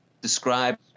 Describe